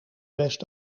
best